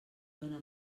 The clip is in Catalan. dóna